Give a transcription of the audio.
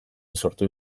sortu